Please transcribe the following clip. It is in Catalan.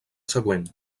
següent